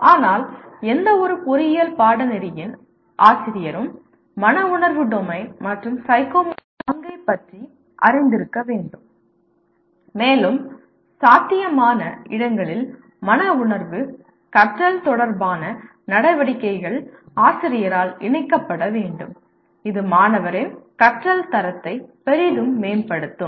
ஆனால் எந்தவொரு பொறியியல் பாடநெறியின் ஆசிரியரும் மன உணர்வு டொமைன் மற்றும் சைக்கோமோட்டர் டொமைனின் பங்கைப் பற்றி அறிந்திருக்க வேண்டும் மேலும் சாத்தியமான இடங்களில் மன உணர்வு கற்றல் தொடர்பான நடவடிக்கைகள் ஆசிரியரால் இணைக்கப்பட வேண்டும் இது மாணவரின் கற்றல் தரத்தை பெரிதும் மேம்படுத்தும்